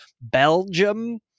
Belgium